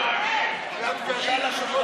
לכם, החוצה,